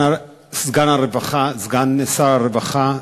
סגן שר הרווחה,